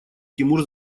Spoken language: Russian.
тимур